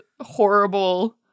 horrible